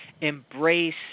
embrace